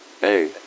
hey